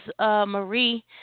Marie